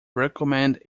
recommend